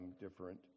different